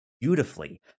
beautifully